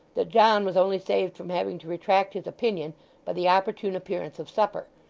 that john was only saved from having to retract his opinion by the opportune appearance of supper,